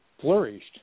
flourished